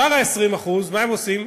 שאר ה-20% מה הם עושים?